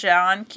John